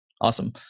Awesome